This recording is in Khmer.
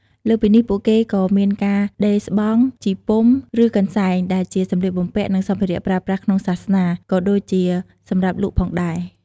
លើសពីនេះ ពួកគេក៏មានការ ដេរស្បង់ ជីពុំ ឬកន្សែង ដែលជាសម្លៀកបំពាក់ និងសម្ភារៈប្រើប្រាស់ក្នុងសាសនា ក៏ដូចជាសម្រាប់លក់ផងដែរ។